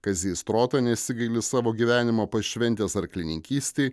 kazys trota nesigaili savo gyvenimą pašventęs arklininkystei